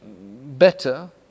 better